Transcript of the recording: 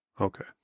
Okay